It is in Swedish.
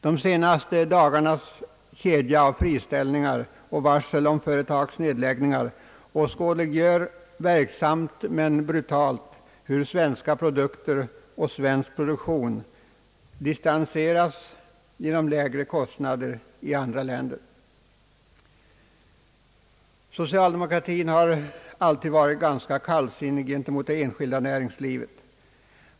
De senaste dagarnas kedja av friställningar och varsel om företagsnedläggningar åskådliggör verksamt men brutalt hur svenska produkter och svensk produktion distanseras genom lägre kostnader i andra länder. Socialdemokratin har alltid varit ganska kallsinnig gentemot det enskilda näringslivet.